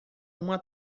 uma